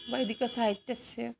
वैदिकसाहित्यस्य